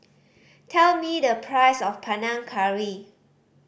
tell me the price of Panang Curry